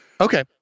Okay